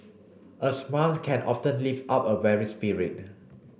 a smile can often lift up a weary spirit